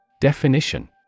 Definition